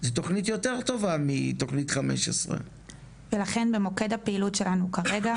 זאת תכנית יותר טובה מתכנית 15. ולכן במוקד הפעילות שלנו כרגע,